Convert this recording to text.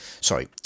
sorry